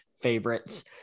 favorites